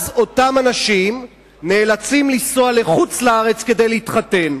אותם אנשים נאלצים לנסוע לחוץ-לארץ כדי להתחתן.